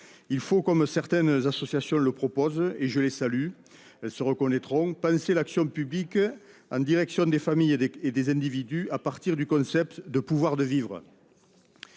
Il faut, comme certaines associations le proposent- je les salue, elles se reconnaîtront -, penser l'action publique en direction des familles et des individus à partir du concept de « pouvoir de vivre